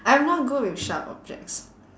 I'm not good with sharp objects